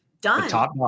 done